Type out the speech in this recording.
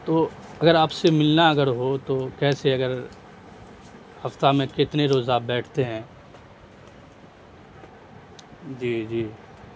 تو اگر آپ سے ملنا اگر ہو تو کیسے اگر ہفتہ میں کتنے روز آپ بیٹھتے ہیں جی جی